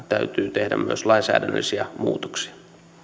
tehdä myös lainsäädännöllisiä muutoksia